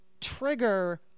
trigger